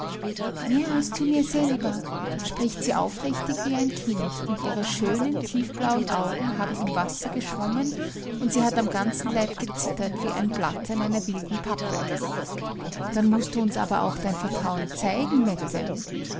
mehr als zu mir selber spricht sie aufrichtig wie ein kind und ihre schönen tiefblauen augen haben in wasser geschwommen und sie hat am ganzen leib gezittert wie ein blatt an einer wilden pappel dann mußt du uns aber auch dein vertrauen zeigen mette